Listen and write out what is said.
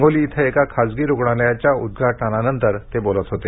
हिंगोली इथं एका खासगी रुग्णालयाच्या उद्घाटनानंतर ते बोलत होते